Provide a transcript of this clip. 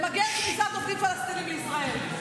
למגר כניסת עובדים פלסטינים לישראל.